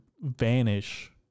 vanish